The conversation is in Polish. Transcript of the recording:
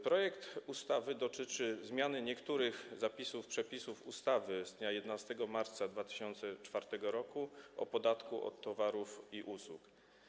Projekt ustawy dotyczy zmiany niektórych przepisów ustawy z dnia 11 marca 2004 r. o podatku od towarów i usług.